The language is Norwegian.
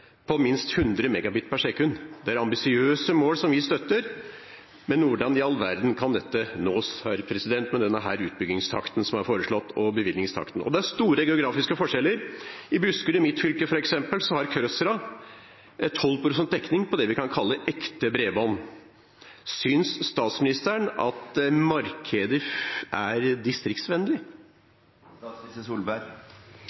på minst 100 MB per sekund. Det er ambisiøse mål, som vi støtter. Men hvordan i all verden kan dette nås med den utbyggingstakten som er foreslått – og bevilgningstakten? Det er store geografiske forskjeller. For eksempel har Krødsherad i Buskerud, mitt fylke, 12 pst. dekning på det vi kan kalle ekte bredbånd. Synes statsministeren at markedet er